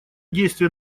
действия